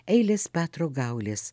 eilės petro gaulės